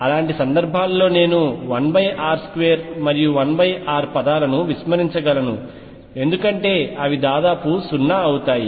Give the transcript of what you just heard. అలాంటి సందర్భాలలో నేను 1r2 మరియు 1r పదాలను విస్మరించగలను ఎందుకంటే అవి దాదాపు 0 అవుతాయి